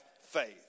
faith